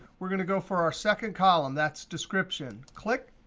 we're going to go for our second column that's description, click,